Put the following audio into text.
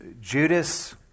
Judas